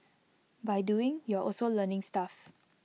by doing you're also learning stuff